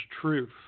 truth